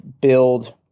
build –